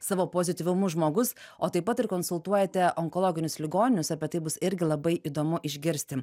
savo pozityvumu žmogus o taip pat ir konsultuojate onkologinius ligonius apie tai bus irgi labai įdomu išgirsti